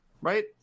right